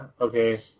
Okay